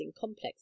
complex